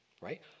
right